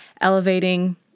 elevating